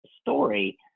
story